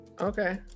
okay